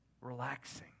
Relaxing